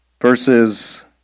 verses